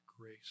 grace